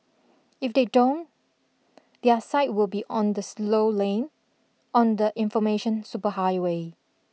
if they don't their site will be on the slow lane on the information superhighway